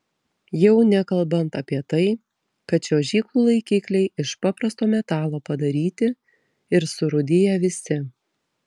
jau nekalbant apie tai kad čiuožyklų laikikliai iš paprasto metalo padaryti ir surūdiję visi